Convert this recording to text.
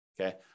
Okay